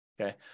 Okay